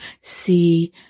see